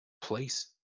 place